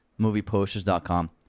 MoviePosters.com